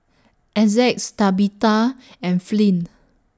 Essex Tabetha and Flint